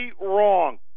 wrong